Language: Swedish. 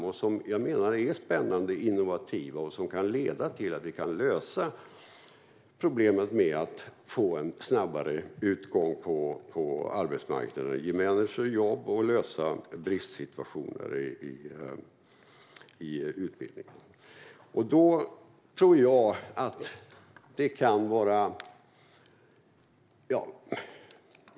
Jag menar att de är spännande och innovativa och kan leda till att vi kan lösa problemet med att få en snabbare utgång till arbetsmarknaden, ge människor jobb och lösa bristsituationer i utbildningen.